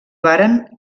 varen